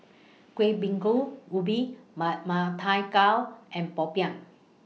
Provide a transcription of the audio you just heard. Kueh Bingka Ubi Ma Ma Thai Gao and Popiah